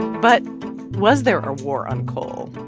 but was there a war on coal?